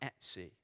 Etsy